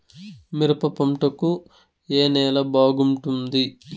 మిరప పంట కు ఏ నేల బాగుంటుంది?